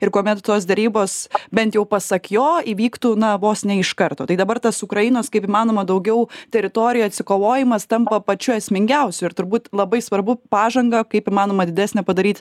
ir kuomet tos derybos bent jau pasak jo įvyktų na vos ne iš karto tai dabar tas ukrainos kaip įmanoma daugiau teritorijų atsikovojamas tampa pačiu esmingiausiu ir turbūt labai svarbu pažangą kaip įmanoma didesnę padaryt